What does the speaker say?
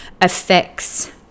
affects